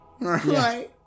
Right